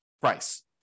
price